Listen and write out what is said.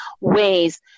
ways